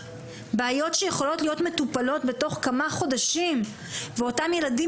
בעיות שיכולות להיות מטופלות בתוך כמה חודשים ואותם ילדים